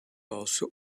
also